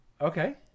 Okay